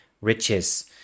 riches